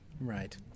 Right